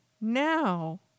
now